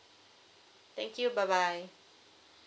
thank you bye bye